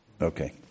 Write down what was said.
Okay